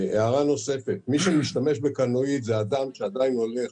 הערה נוספת: מי שמשתמש בקלנועית זה אדם שעדיין הולך,